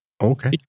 Okay